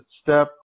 step